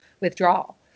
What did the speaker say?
withdrawal